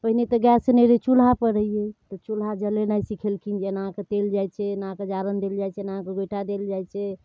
पहिले तऽ गैस नहि रहै चुल्हापर रहिए तऽ चुल्हा जलेनाइ सिखेलखिन जे एनाके तेल जाइ छै एनाकऽ जारनि देल जाइ छै एनाकऽ गोइठा देल जाइ छै